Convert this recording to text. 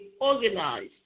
organized